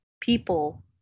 people